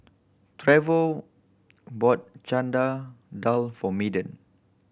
Trevor bought Dal for medium